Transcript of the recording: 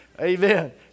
Amen